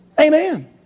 Amen